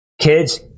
kids